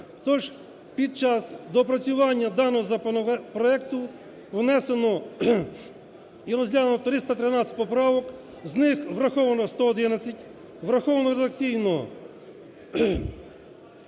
Тож під час доопрацювання даного законопроекту внесено і розглянуто 313 поправок, з них враховано 111, враховано редакційно